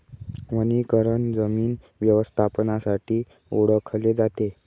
वनीकरण जमीन व्यवस्थापनासाठी ओळखले जाते